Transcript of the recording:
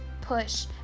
push